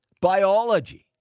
biology